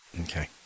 Okay